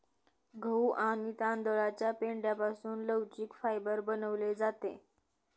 गहू आणि तांदळाच्या पेंढ्यापासून लवचिक फायबर बनवले जाते